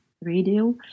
radio